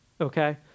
Okay